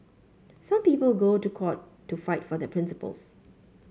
some people go to court to fight for their principles